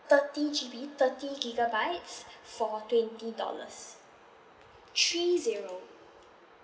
thirty G_B thirty gigabytes for twenty dollars three zero